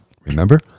remember